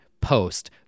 post